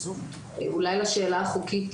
אולי על השאלה החוקית,